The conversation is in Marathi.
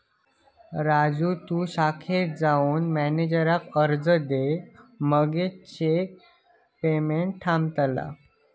राजू तु शाखेत जाऊन मॅनेजराक अर्ज दे मगे चेक पेमेंट थांबतला